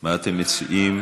מה אתם מציעים?